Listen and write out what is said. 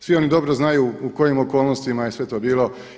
Svi oni dobro znaju u kojim okolnostima je sve to bilo.